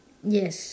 yes